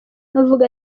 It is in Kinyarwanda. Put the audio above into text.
avuga